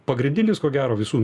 pagrindinis ko gero visų